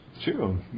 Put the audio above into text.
True